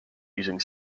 using